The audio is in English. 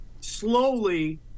slowly